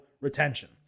retention